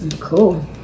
Cool